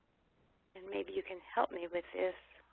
and maybe you can help me with this.